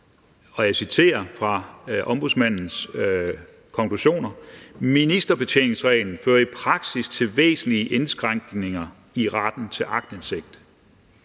og jeg citerer fra Ombudsmandens konklusioner: »Ministerbetjeningsreglen fører i praksis til væsentlige indskrænkninger i retten til aktindsigt.«